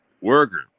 worker